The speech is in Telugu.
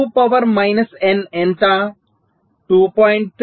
2 పవర్ మైనస్ n ఎంత